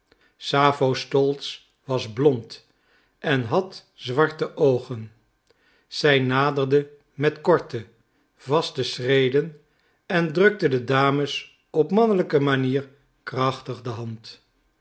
sappho stolz was blond en had zwarte oogen zij naderde met korte vaste schreden en drukte de dames op mannelijke manier krachtig de hand